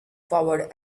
forward